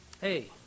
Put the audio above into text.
Hey